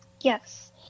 Yes